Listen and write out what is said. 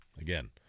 Again